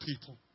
people